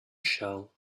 shell